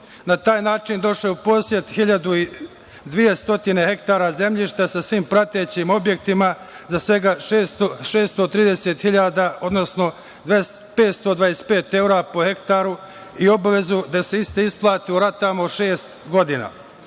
Na taj način, došao je u posed 1.200 hektara zemljišta sa svim pratećim objektima za svega 630.000, odnosno 525 evra po hektaru i obavezu da se iste isplate u ratama od šest godina.